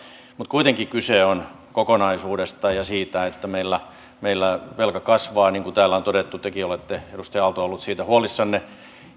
mutta kuitenkin kyse on kokonaisuudesta ja siitä että meillä meillä velka kasvaa niin kuin täällä on todettu tekin olette edustaja aalto ollut siitä huolissanne